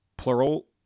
Plural